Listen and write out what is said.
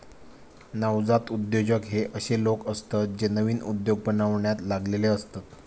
नवजात उद्योजक हे अशे लोक असतत जे नवीन उद्योग बनवण्यात लागलेले असतत